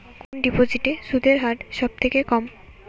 কোন ডিপোজিটে সুদের হার সবথেকে কম?